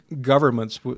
governments